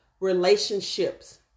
relationships